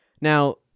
Now